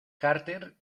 carter